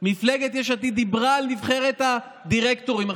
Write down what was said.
דיברה על נבחרת הדירקטורים?